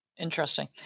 Interesting